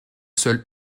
seul